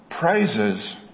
praises